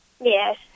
Yes